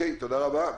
תודה רבה.